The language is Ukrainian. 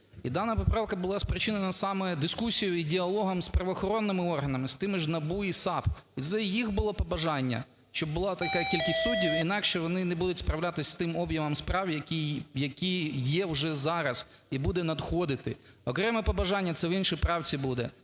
І дана поправка була спричинена саме дискусією і діалогом з правоохоронними органами, з тими ж НАБУ і САП, їх було побажання, щоб була така кількість суддів, інакше вони не будуть справлятися з тим об'ємом справ, який є вже зараз і буде надходити. Окреме побажання, це в іншій правці буде.